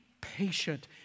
patient